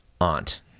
aunt